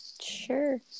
Sure